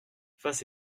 face